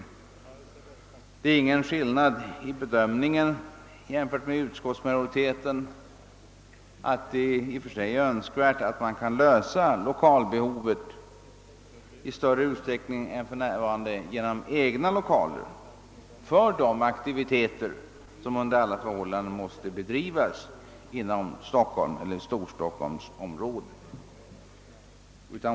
Det föreligger ingen skillnad i bedömningen jämfört med utskottsmajoriteten om att det i och för sig är önskvärt att man kan lösa det statliga lokalbehovet i större utsträckning än för närvarande genom egna lokaler för de aktiviteter som under alla förhållanden måste bedrivas inom storstockholmsområdet.